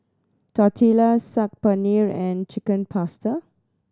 Tortillas Saag Paneer and Chicken Pasta